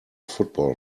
football